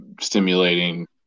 stimulating